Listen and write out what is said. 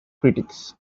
critics